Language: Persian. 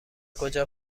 کجا